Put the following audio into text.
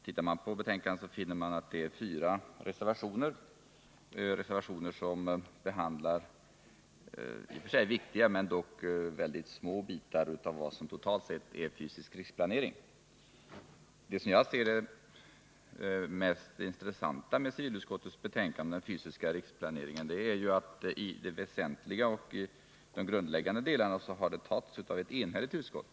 Tittar man i betänkandet finner man att det finns fyra reservationer, reservationer som behandlar i och för sig viktiga men mycket små bitar av vad som totalt sett är den fysiska riksplaneringen. Det. som jag ser, mest intressanta med civilutskottets betänkande om den fysiska riksplaneringen är att det i sentliga och grundläggande delar har antagits av ett enhälligt utskott.